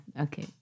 Okay